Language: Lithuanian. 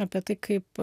apie tai kaip